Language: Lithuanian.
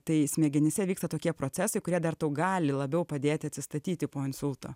tai smegenyse vyksta tokie procesai kurie dar tau gali labiau padėti atsistatyti po insulto